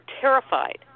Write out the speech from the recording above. terrified